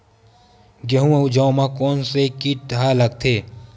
गेहूं अउ जौ मा कोन से कीट हा लगथे?